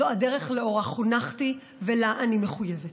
זו הדרך שלאורה חונכתי ולה אני מחויבת.